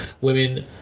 women